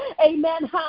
amen